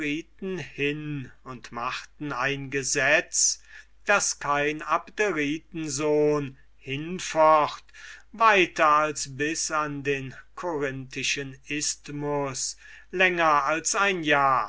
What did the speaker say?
hin und machten ein gesetz daß kein abderitensohn hinfür weiter als bis an den korinthischen isthmus länger als ein jahr